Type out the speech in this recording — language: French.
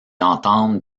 entame